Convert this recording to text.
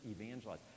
evangelize